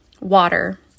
water